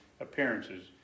appearances